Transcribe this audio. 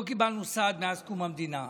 לא קיבלנו סעד מאז קום המדינה.